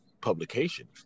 publication